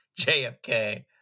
jfk